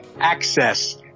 access